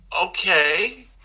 okay